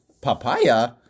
papaya